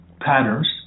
patterns